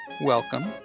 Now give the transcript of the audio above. Welcome